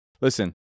listen